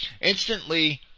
instantly